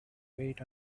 wait